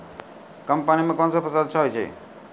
कम पानी म कोन फसल अच्छाहोय छै?